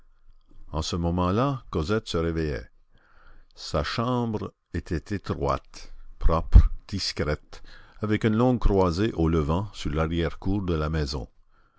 en ce moment-là cosette se réveillait sa chambre était étroite propre discrète avec une longue croisée au levant sur larrière cour de la maison